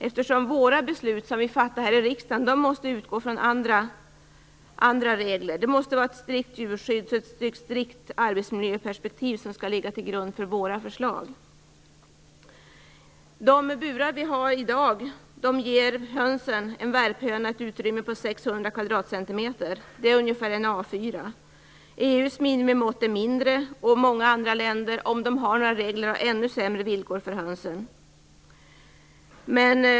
De beslut som vi fattar här i riksdagen måste utgå från andra regler. Det måste vara ett strikt djurskydd och ett strikt arbetsmiljöperspektiv som skall ligga till grund för våra förslag. De burar vi har i dag ger en värphöna ett utrymme på 600 cm2. Det är ungefär en A4-sida. EU:s minimimått är mindre, och många andra länder - om de har några regler - har ännu sämre villkor för hönsen.